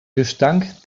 gestank